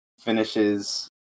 finishes